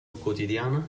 quotidiana